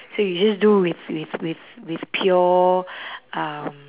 so you just do with with with with pure um